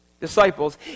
disciples